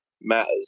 matters